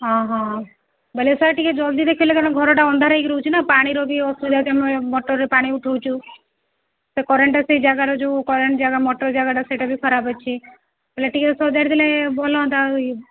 ହଁ ହଁ ବେଲେ ସାର୍ ଟିକିଏ ଜଲ୍ଦି ଦେଖିଲେ କାରଣ ଘରଟା ଅନ୍ଧାର ହୋଇକି ରହୁଛି ନା ପାଣିର ବି ଅସୁବିଧା ହେଉଛି ଆମେ ମଟର୍ରେ ପାଣି ଉଠାଉଛୁ ସେ କରେଣ୍ଟ୍ଟା ସେଇ ଜାଗାରେ ଯେଉଁ କରେଣ୍ଟ୍ ଜାଗା ମଟର୍ ଜାଗାଟା ସେଇଟା ବି ଖରାପ ଅଛି ବୋଲେ ଟିକିଏ ସଜାଡ଼ି ଦେଲେ ଭଲ ହୁଅନ୍ତା ଆଉ ଇ